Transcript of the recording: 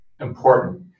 important